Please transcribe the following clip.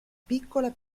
piccola